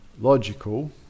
logical